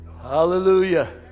Hallelujah